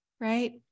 right